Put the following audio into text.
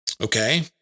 Okay